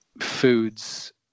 foods